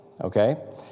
okay